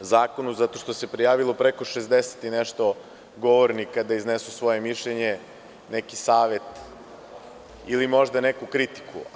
zakonu, zato što se prijavilo preko 60 i nešto govornika da iznesu svoje mišljenje, neki savet ili možda neku kritiku.